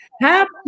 Happy